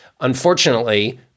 Unfortunately